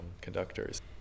conductors